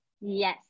Yes